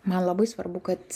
man labai svarbu kad